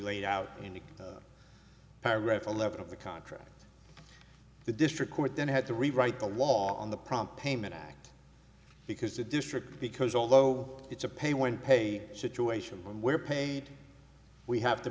laid out in the paragraph eleven of the contract the district court then had to rewrite the law on the prompt payment act because the district because although it's a pay when pay situation when we're paid we have to